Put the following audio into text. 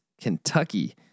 Kentucky